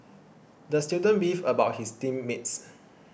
the student beefed about his team mates